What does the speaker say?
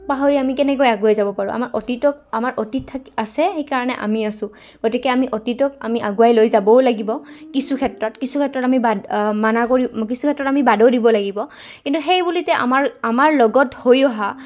পাহৰি আমি কেনেকৈ আগুৱাই যাব পাৰোঁ আমাৰ অতীতক আমাৰ অতীত থাকি আছে সেইকাৰণে আমি আছো গতিকে আমি অতীতক আমি আগুৱাই লৈ যাবও লাগিব কিছু ক্ষেত্ৰত কিছু ক্ষেত্ৰত আমি বাদ মানা কৰি কিছু ক্ষেত্ৰত আমি বাদো দিব লাগিব কিন্তু সেই বুলিতো আমাৰ আমাৰ লগত হৈ অহা